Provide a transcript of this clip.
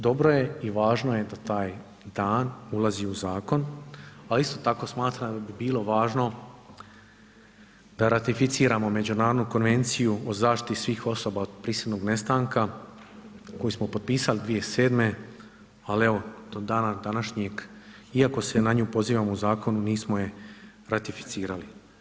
Dobro je i važno je da taj dan ulazi u zakon, ali isto tako smatram da bi bilo važno da ratificiramo Međunarodnu konvenciju o zaštiti svih osoba od prisilnog nestanka koju smo potpisali 2007., al evo do dana današnjeg iako se na nju pozivamo u zakonu nismo je ratificirali.